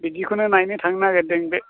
बिदिखौनो नायनो थांनो नागिरदों बे